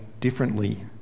differently